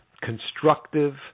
constructive